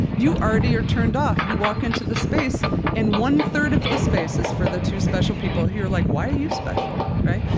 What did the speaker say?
you already are turned off. you walk into the space and one-third of the space is for the two special people, you're like, why are you special, right?